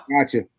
Gotcha